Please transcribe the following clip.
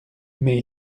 mais